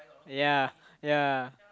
ya ya